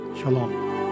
Shalom